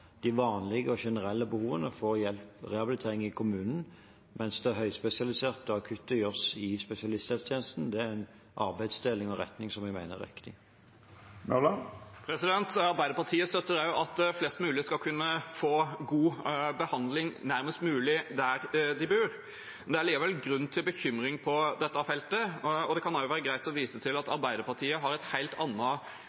de vanlige og generelle behovene, får rehabilitering i kommunen, mens det høyspesialiserte og akutte gjøres i spesialisthelsetjenesten – det er en arbeidsdeling og en retning som jeg mener er riktig. Arbeiderpartiet støtter også at flest mulig skal kunne få god behandling nærmest mulig der de bor, men det er likevel grunn til bekymring på dette feltet, og det kan også være greit å vise til at